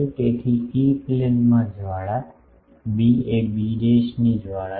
તેથી ઇ પ્લેનમાં જ્વાળા b એ b ની જ્વાળા છે